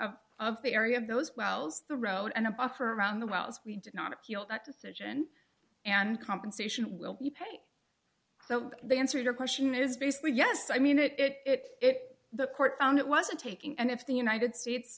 up of the area of those wells the road and a buffer around the wells we did not appeal that decision and compensation will be paying so they answered your question is basically yes i mean it it it the court found it wasn't taking and if the united states